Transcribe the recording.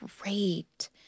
great